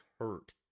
hurt